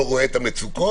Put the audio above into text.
לא רואה את המצוקות,